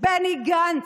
בני גנץ?